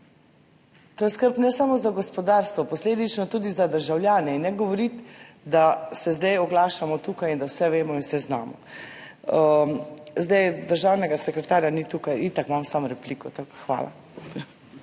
To je skrb, ne samo za gospodarstvo, posledično tudi za državljane in ne govoriti, da se zdaj tukaj oglašamo in da vse vemo in vse znamo. Državnega sekretarja ni tukaj, itak imam samo repliko. Hvala.